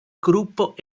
gruppo